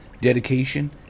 dedication